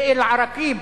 באל-עראקיב,